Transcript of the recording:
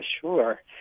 Sure